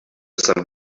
some